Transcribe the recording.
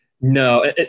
No